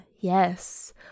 Yes